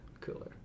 cooler